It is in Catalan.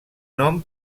nom